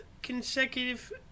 consecutive